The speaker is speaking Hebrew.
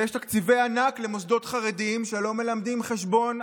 ויש תקציבי ענק למוסדות חרדיים שלא מלמדים חשבון,